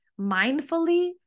mindfully